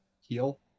heal